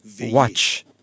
watch